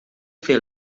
fer